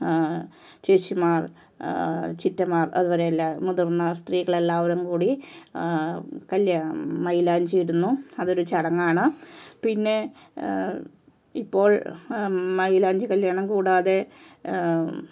ചേച്ചിമാർ ചിറ്റമാർ അതുപോലെ എല്ലാ മുതിർന്ന സ്ത്രീകൾ എല്ലാവരും കൂടി കൈയിൽ മൈലാഞ്ചി ഇടുന്നു അതൊരു ചടങ്ങാണ് പിന്നെ ഇപ്പോൾ മൈലാഞ്ചി കല്യാണം കൂടാതെ